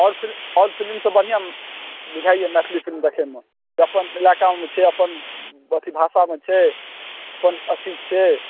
आओर फिलिम आओर फिलिमसँ बढ़िआँ झाइए मैथिली फिलिम देखैमे अपन इलाकामे छै अपन अथी भाषामे छै अपन अथी छै